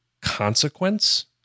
consequence